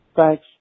Thanks